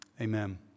Amen